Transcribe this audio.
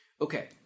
Okay